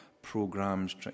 Programs